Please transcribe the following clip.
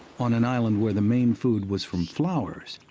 on an island where the main food was from flowers,